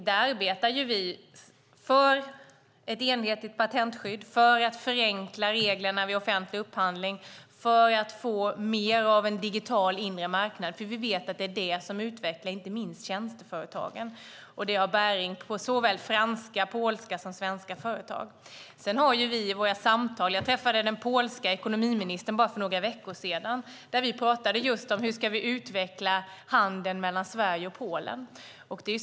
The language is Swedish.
Där arbetar vi för ett enhetligt patentskydd, för att förenkla reglerna vid offentlig upphandling och för att få mer av en digital inre marknad, för vi vet att det är det som utvecklar inte minst tjänsteföretagen. Det har bäring på såväl franska och polska som svenska företag. Jag träffade den polske ekonomiministern för några veckor sedan, och vi talade just om hur vi ska utveckla handeln mellan Sverige och Polen.